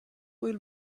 will